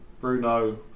Bruno